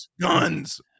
guns